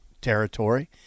territory